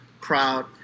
proud